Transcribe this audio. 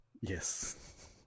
Yes